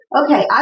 okay